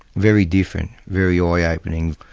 very different. very eye-opening.